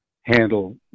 handle